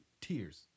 Tears